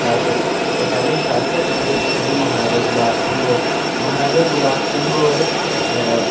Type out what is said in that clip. पैह्ले शासक हे ओह् हे म्हाराजा गुलाब सिंह होर महाराजा गुलाब सिंह होर अ